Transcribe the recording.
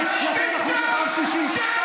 הכנסת בן גביר, פעם שנייה.